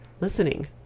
listening